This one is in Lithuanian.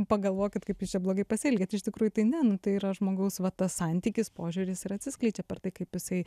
pagalvokit kaip jūs čia blogai pasielgėt iš tikrųjų tai ne nu tai yra žmogaus va tas santykis požiūris ir atsiskleidžia per tai kaip jisai